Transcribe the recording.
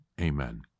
Amen